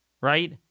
right